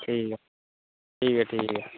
ठीक ऐ ठीक ऐ ठीक ऐ